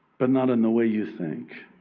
but not in the way you think.